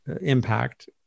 impact